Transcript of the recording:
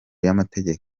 y’amategeko